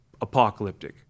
apocalyptic